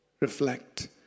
Reflect